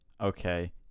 Okay